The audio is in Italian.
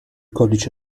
codice